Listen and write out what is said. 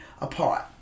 apart